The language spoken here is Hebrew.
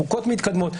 חוקות מתקדמות,